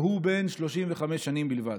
והוא בן 35 שנים בלבד.